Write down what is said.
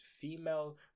female